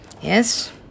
Yes